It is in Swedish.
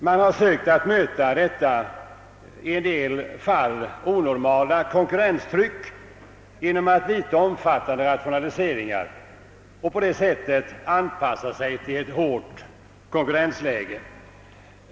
Man har försökt möta detta i en del fall onormala konkurrenstryck genom att vidta omfattande rationaliseringar för att på det sättet anpassa sig till ett hårt konkurrensläge.